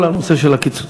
בכל הנושא של הקיצוצים.